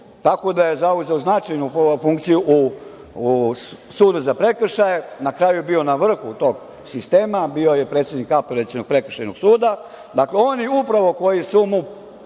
tako da je zauzeo značajnu funkciju u sudu za prekršaje, na kraju je bio na vrhu tog sistema, bio je predsednik Apelacionog prekršajnog suda, dakle, upravo oni koji su mu